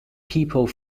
people